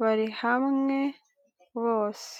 bari hamwe bose.